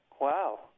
Wow